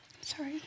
Sorry